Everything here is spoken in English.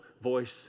voice